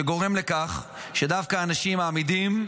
שגורם לכך שדווקא האנשים האמידים,